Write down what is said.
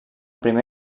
primer